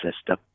system